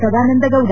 Sadananda Gowda